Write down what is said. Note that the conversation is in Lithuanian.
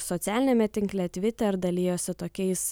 socialiniame tinkle tviter dalijosi tokiais